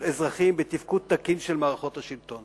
אזרחים בתפקוד תקין של מערכות השלטון?